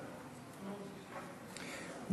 סעיף 1 נתקבל.